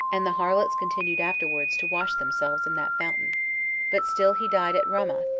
and the harlots continued afterwards to wash themselves in that fountain but still he died at ramoth,